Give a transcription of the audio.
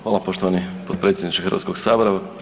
Hvala poštovani potpredsjedniče Hrvatskog sabora.